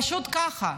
פשוט ככה.